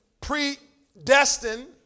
predestined